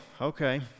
okay